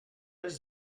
les